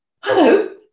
hello